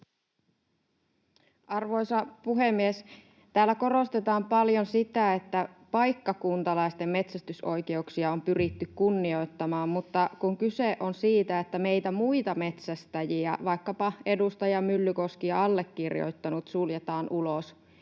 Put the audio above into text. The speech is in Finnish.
Arvoisa puhemies! Täällä korostetaan paljon sitä, että paikkakuntalaisten metsästysoikeuksia on pyritty kunnioittamaan, kun kyse on siitä, että meitä muita metsästäjiä, vaikkapa edustaja Myllykoski ja allekirjoittanut, suljetaan ulos